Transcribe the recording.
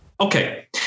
Okay